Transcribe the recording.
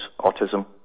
autism